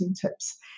tips